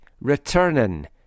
returning